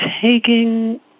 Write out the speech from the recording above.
taking